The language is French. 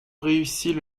réussit